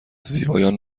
زیبایان